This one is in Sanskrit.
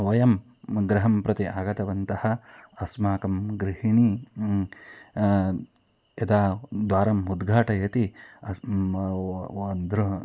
वयं गृहं प्रति आगतवन्तः अस्माकं गृहिणी यदा द्वारम् उद्घाटयति अस्म् व व दृः